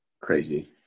Crazy